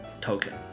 token